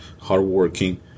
Hardworking